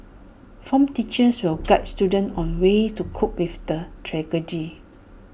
form teachers will guide students on ways to cope with the